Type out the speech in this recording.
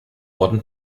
warden